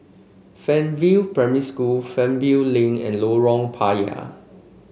Fernvale Primary School Fernvale Link and Lorong Payah